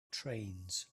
trains